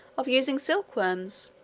of using silkworms,